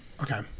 Okay